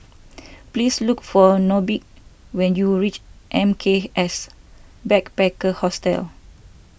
please look for Nobie when you reach M K S Backpackers Hostel